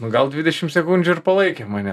nu gal dvidešim sekundžių ir palaikė mane